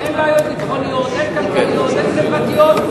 אין בעיות ביטחוניות, אין כלכליות, אין חברתיות.